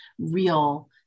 real